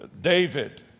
David